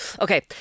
Okay